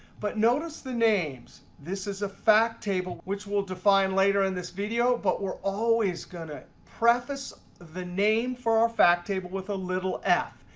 but notice the names. this is a fact table, which we'll define later in this video. but we're always going to preface the name for our fact table with a little f.